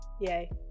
Yay